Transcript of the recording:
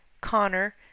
connor